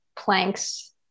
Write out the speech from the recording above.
Planks